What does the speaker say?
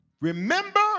Remember